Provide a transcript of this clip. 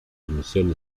emisión